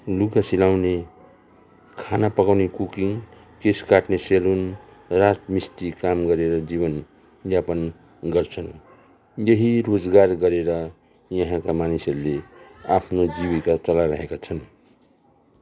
लुगा सिलाउने खाना पकाउने कुकिङ केश काटने सेलुन राजमिस्त्री काम गरेर जीवनयापन गर्छन् यही रोजगार गरेर यहाँका मानिसहरूले आफ्नो जीविका चलाइराखेका छन्